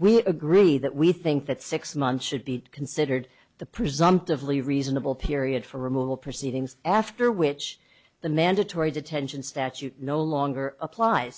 we agree that we think that six months should be considered the presumptively reasonable period for removal proceedings after which the mandatory detention statute no longer applies